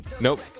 nope